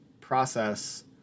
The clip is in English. process